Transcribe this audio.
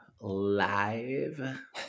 live